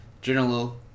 general